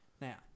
Now